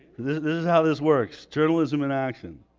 this is how this works journalism in action